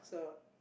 so